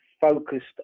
focused